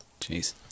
Jeez